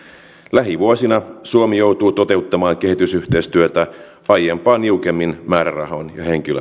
lähivuosina suomi joutuu toteuttamaan kehitysyhteistyötä aiempaa niukemmin määrärahoin